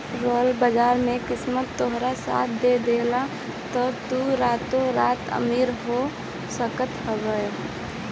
share बाजार में किस्मत तोहार साथ दे देहलस तअ तू रातो रात अमीर हो सकत हवअ